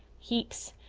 heaps.